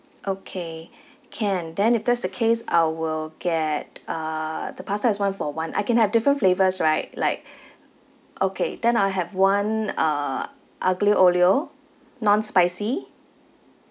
okay can then if that's the case I will get uh the pasta is one for one I can have different flavours right like okay then I'll have one uh aglio olio non-spicy